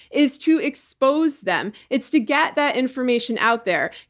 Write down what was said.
is to expose them. it's to get that information out there.